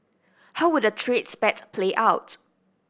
how would the trade spat play out